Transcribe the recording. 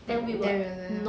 ya ya ya